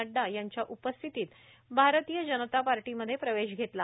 नड्डा यांच्या उपस्थितीत भारतीय जनता पार्टीमध्ये प्रवेश घेतला